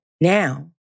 Now